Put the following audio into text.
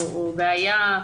או בעיה,